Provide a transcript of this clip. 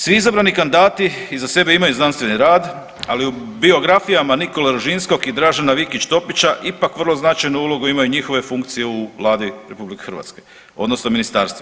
Svi izabrani kandidati iza sebe imaju znanstveni rad, ali u biografijama Nikole Rožinskog i Dražena Vikić Topića ipak vrlo značajnu ulogu imaju njihove funkcije u Vladi RH odnosno ministarstvu.